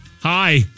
Hi